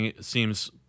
seems